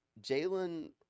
Jalen –